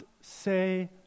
say